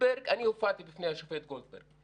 אני הופעתי בפני השופט גולדברג.